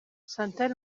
chantal